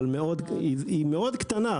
היא חריגה מאוד קטנה,